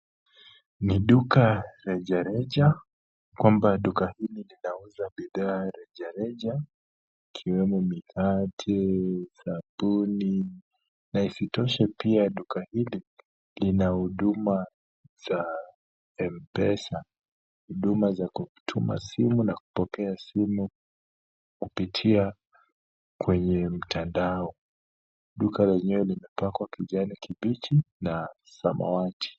Ni duka rejareja kwamba duka hili linauza bidhaa rejareja ikiwemo mikate, sabuni na isitoshe pia duka hili lina huduma za Mpesa, huduma za kutuma simu na kupokea simu kupitia kwenye mtandao. Duka lenyewe limepakwa kijani kibichi na samawati.